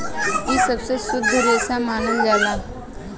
इ सबसे शुद्ध रेसा मानल जाला